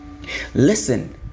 listen